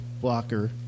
blocker